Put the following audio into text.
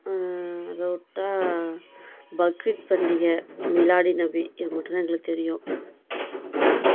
அதவிட்டா பக்ரித் பண்டிகை மிலாடிநபி இது மட்டும்தான் எங்களுக்கு தெரியும்